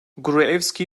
gruevski